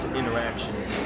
interactions